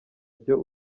byo